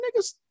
niggas